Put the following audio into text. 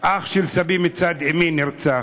אח של סבי מצד אמי נרצח,